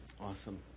Awesome